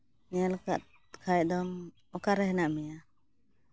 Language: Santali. ᱧᱮᱞ ᱠᱟᱜ ᱠᱷᱟᱡ ᱫᱚᱢ ᱚᱠᱟᱨᱮ ᱦᱮᱱᱟᱜ ᱢᱮᱭᱟ